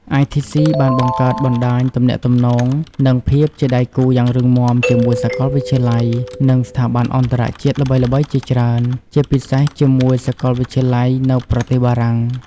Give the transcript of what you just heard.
ITC បានបង្កើតបណ្តាញទំនាក់ទំនង និងភាពជាដៃគូយ៉ាងរឹងមាំជាមួយសាកលវិទ្យាល័យ និងស្ថាប័នអន្តរជាតិល្បីៗជាច្រើន ជាពិសេសជាមួយសាកលវិទ្យាល័យនៅប្រទេសបារាំង។